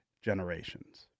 generations